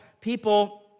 people